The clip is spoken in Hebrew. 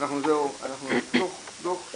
אנחנו נבקש דוח,